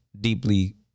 Deeply